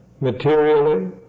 materially